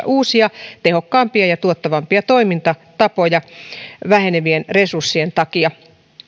uusia tehokkaampia ja tuottavampia toimintatapoja vähenevien resurssien takia